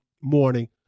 morning